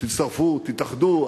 תצטרפו, תתאחדו.